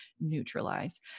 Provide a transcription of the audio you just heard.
neutralize